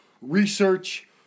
Research